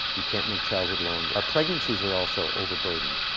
we can't make childhood longer. our pregnancies are also overburdened.